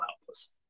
helpless